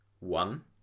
One